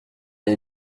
les